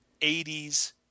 80s